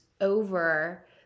over